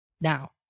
Now